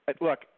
Look